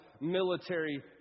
military